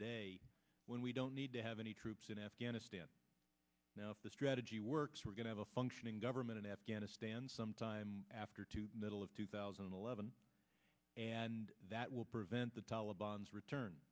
day when we don't need to have any troops in afghanistan now if the strategy works we're going to have a functioning government in afghanistan sometime after two middle of two thousand and eleven and that will prevent the taliban's return